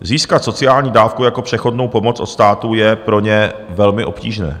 Získat sociální dávku jako přechodnou pomoc od státu je pro ně velmi obtížné.